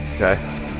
okay